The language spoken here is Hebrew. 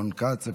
רון כץ,